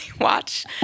watch